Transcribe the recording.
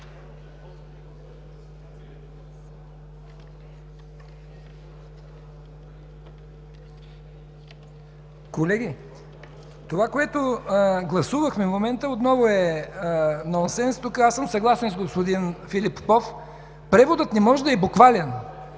Колеги, това, което гласувахме в момента, отново е нонсенс. Тук аз съм съгласен с господин Филип Попов – преводът не може да е буквален.